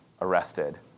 arrested